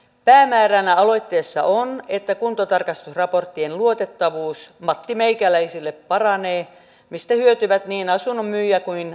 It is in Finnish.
päämääränä aloitteessa on että kuntotarkastusraporttien luotettavuus mattimeikäläisille paranee mistä hyötyvät niin asunnon myyjä kuin ostajakin